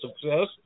success